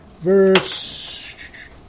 Verse